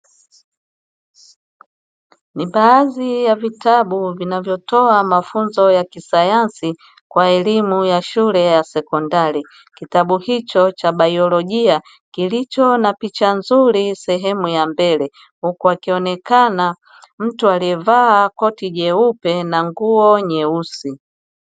Baadhi ya vitabu vinavyotoa mafunzo ya kisayansi kwa elimu ya shule ya sekondari. Kitabu hicho cha bailojia kilicho na picha nzuri sehemu ya mbele huku akionekana mtu aliyevaa koti jeupe na nguo nyeusi.